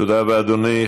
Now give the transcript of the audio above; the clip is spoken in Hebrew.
תודה רבה, אדוני.